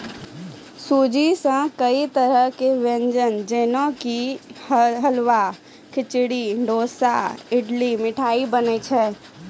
सूजी सॅ कई तरह के व्यंजन जेना कि हलवा, खिचड़ी, डोसा, इडली, मिठाई बनै छै